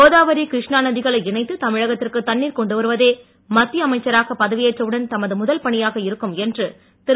கோதாவரி கிருஷ்ணா நதிகளை இணைத்து தமிழகத்துக்கு தண்ணீர் கொண்டு வருவதே மத்திய அமைச்சராக பதவியேற்ற உடன் தமது முதல் பணியாக இருக்கும் என்று திரு